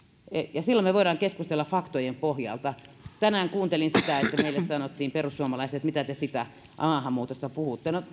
ja silloin me voimme keskustella faktojen pohjalta tänään kuuntelin sitä että meille sanottiin että mitä te perussuomalaiset siitä maahanmuutosta puhutte